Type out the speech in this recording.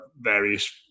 various